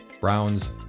Brown's